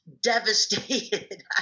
devastated